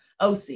OC